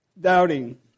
Doubting